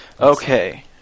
Okay